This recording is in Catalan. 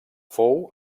fou